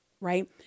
right